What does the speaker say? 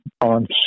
on